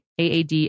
AAD